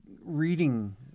reading